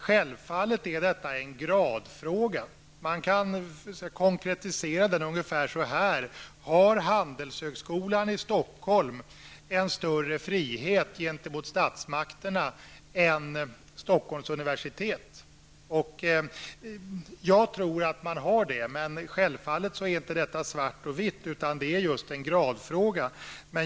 Självfallet är detta en gradfråga, som kan konkretiseras ungefär så här: Har handelshögskolan i Stockholm en större frihet gentemot statsmakterna än vad Stockholms universitet har? Jag tror att det är så, men detta är inte svart eller vitt, utan det är just en gradfråga.